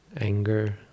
Anger